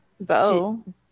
Bo